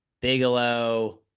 Bigelow